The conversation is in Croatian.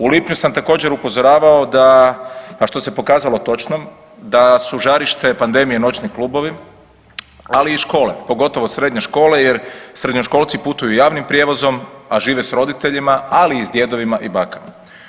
U lipnju sam također upozoravao da, a što se pokazalo točnom, da su žarište pandemije noćni klubovi, ali i škole, pogotovo srednje škole jer srednjoškolci putuju javnim prijevozom, a žive s roditeljima, ali i s djedovima i bakama.